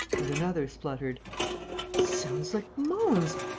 and another spluttered sounds like moans.